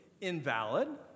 invalid